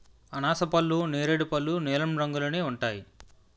అనాసపళ్ళు నేరేడు పళ్ళు నీలం రంగులోనే ఉంటాయి